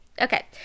okay